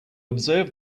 observe